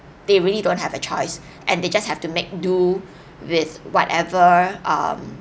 they really don't have a choice and they just have to make do with whatever um